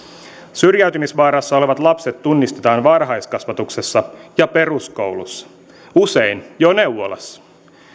syrjäytymisvaarassa olevat lapset tunnistetaan varhaiskasvatuksessa ja peruskoulussa usein jo neuvolassa